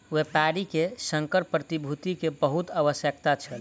व्यापारी के संकर प्रतिभूति के बहुत आवश्यकता छल